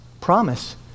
promise